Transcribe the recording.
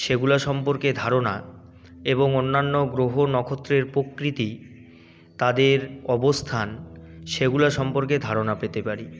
সেগুলো সম্পর্কে ধারণা এবং অন্যান্য গ্রহ নক্ষত্রের প্রকৃতি তাদের অবস্থান সেগুলো সম্পর্কে ধারণা পেতে পারি